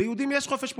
ליהודים יש חופש פולחן.